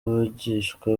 abigishwa